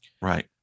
right